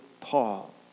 Paul